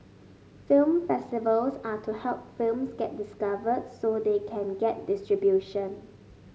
film festivals are to help films get discovered so they can get distribution